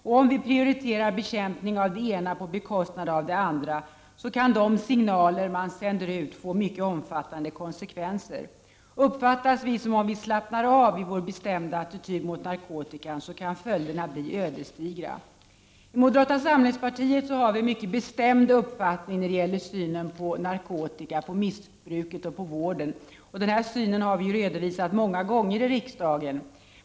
Om vi prioriterar bekämpningen av det ena på bekostnad av bekämpningen av det andra kan de signaler som sänds ut få mycket omfattande konsekvenser. Uppfattas vi som om vi slappnar av i vår bestämda attityd mot narkotika kan följderna bli ödesdigra. I moderata samlingspartiet har vi mycket bestämda uppfattningar när det gäller synen på narkotikamissbruket och på missbrukarvården. Denna syn har vi redovisat många gånger i riksdagen.